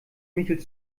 michel